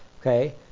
Okay